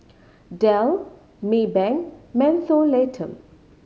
Dell Maybank Mentholatum